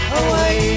away